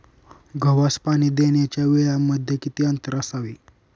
गव्हास पाणी देण्याच्या वेळांमध्ये किती अंतर असावे?